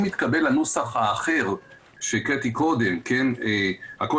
אם יתקבל הנוסח האחר שקראתי קודם שהכול